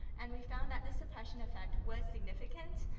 and we found that this suppression effect was significant.